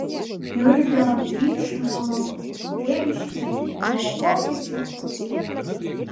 jurgio dyčmono tėviškė buvo vokiečių pusėje